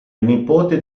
nipote